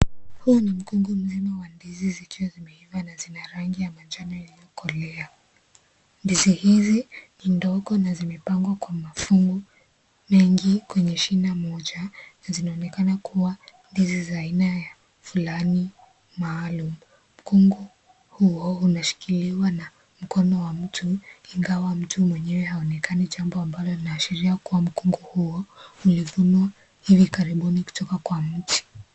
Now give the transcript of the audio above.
Huu ni mkungu mzima wa ndizi zikiwa zimeiva na zina rangi ya manjano iliyo kolea. Ndizi hizi ni ndogo na zimepangwa kwa mafungu mengi kwenye shina moja. Zinaonekana kuwa ndizi za aina ya fulani maalumu. Mkungu huo unashikiliwa na watu ingawa mtu mwenyewe aonekana jambo ambalo linaashiria kuwa mkungu huo ulivunwa hivi karibuni kutoka kwa mti.